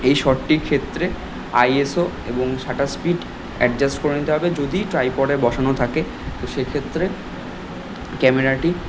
এই শটটির ক্ষেত্রে আইএসও এবং শাটার স্পিড অ্যাডজাস্ট করে নিতে হবে যদি ট্রাইপডে বসানো থাকে তো সে ক্ষেত্রে ক্যামেরাটি